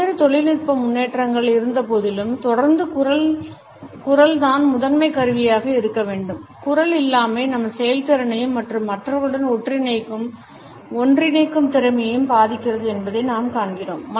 பல்வேறு தொழில்நுட்ப முன்னேற்றங்கள் இருந்தபோதிலும் தொடர்ந்து குரல் தான் முதன்மைக் கருவியாக இருக்க வேண்டும் குரல் இல்லாமை நம் செயல்திறனையும் மற்றும் மற்றவர்களுடன் ஒன்றிணைக்கும் திறனையும் பாதிக்கிறது என்பதை நாம் காண்கிறோம்